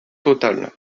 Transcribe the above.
totale